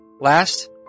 Last